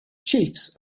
chiefs